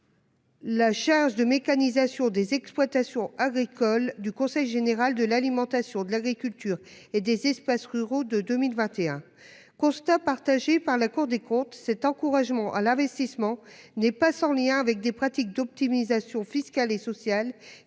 La charge de mécanisation des exploitations agricoles du conseil général de l'alimentation de l'agriculture et des espaces ruraux de 2021. Constat partagé par la Cour des comptes cet encouragement à l'investissement n'est pas sans lien avec des pratiques d'optimisation fiscale et sociale